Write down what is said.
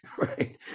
right